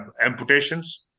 amputations